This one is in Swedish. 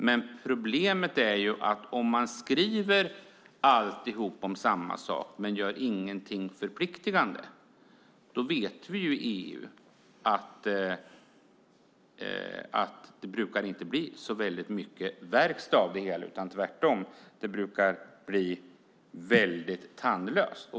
Men problemet är att om man skriver alltihop om samma sak men inte gör någonting förpliktande vet vi att det inte brukar bli så mycket verkstad av det hela i EU. Tvärtom brukar det bli tandlöst.